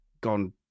gone